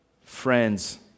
friends